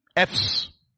Fs